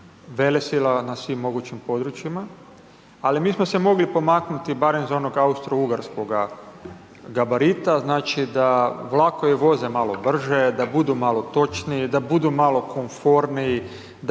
velesila na svim mogućim područjima ali mi smo se mogli pomaknuti barem za onog austrougarskoga gabarita znači da vlakovi voze malo brže, da budu malo točniji, da budu malo komforniji, da